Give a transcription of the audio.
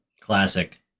Classic